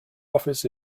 office